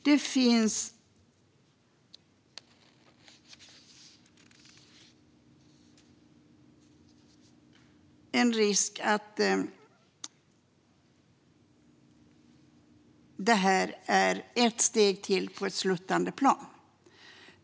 Det finns en risk att detta är ett steg till på ett sluttande plan.